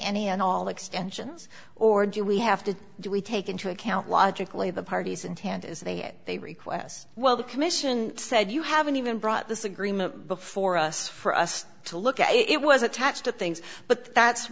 any and all extensions or do we have to do we take into account logically the parties untanned is they they request well the commission said you haven't even brought this agreement before us for us to look at it was attached to things but that's